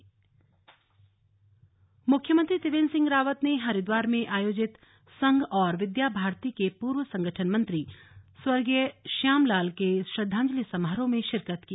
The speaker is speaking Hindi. सीएम श्रद्धांजलि मुख्यमंत्री त्रिवेंद्र सिंह रावत ने हरिद्वार में आयोजित संघ प्रचारक और विद्या भारती के पूर्व संगठन मंत्री स्वर्गीय श्याम लाल के श्रद्धांजलि समारोह में शिरकत की